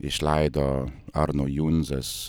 išleido arno junzės